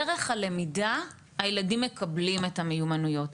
דרך הלמידה הילדים מקבלים את המיומנויות.